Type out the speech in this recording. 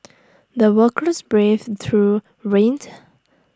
the workers braved through rained